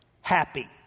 happy